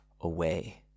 away